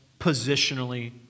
positionally